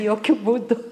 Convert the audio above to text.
jokiu būdu